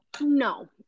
no